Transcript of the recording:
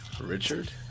Richard